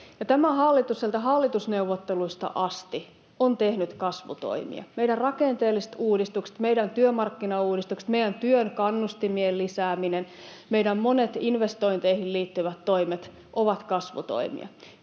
Tämä hallitus sieltä hallitusneuvotteluista asti on tehnyt kasvutoimia. Meidän rakenteelliset uudistukset, meidän työmarkkinauudistukset, meidän työn kannustimien lisääminen, meidän monet investointeihin liittyvät toimet ovat kasvutoimia.